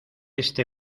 este